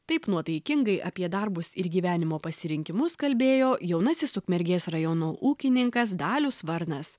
taip nuotaikingai apie darbus ir gyvenimo pasirinkimus kalbėjo jaunasis ukmergės rajono ūkininkas dalius varnas